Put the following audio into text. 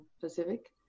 Pacific